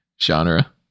genre